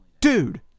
Dude